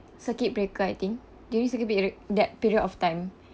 circuit breaker I think during circuit period that period of time